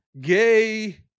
gay